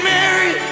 Mary